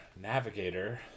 navigator